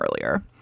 earlier